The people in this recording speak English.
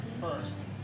first